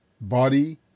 body